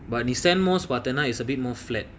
but nissan most but tonight is a bit more flat